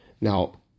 Now